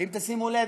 אם תשימו לב,